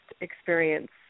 experience